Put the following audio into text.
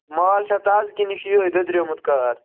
مال چھا تازٕ کِنہٕ یہِ چھُ یِہَے دۄدریوٚمُت کار